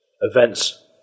Events